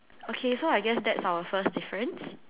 okay so I guess that's our first difference